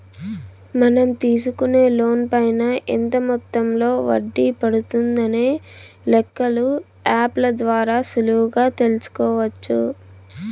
మనం తీసుకునే లోన్ పైన ఎంత మొత్తంలో వడ్డీ పడుతుందనే లెక్కలు యాప్ ల ద్వారా సులువుగా తెల్సుకోవచ్చు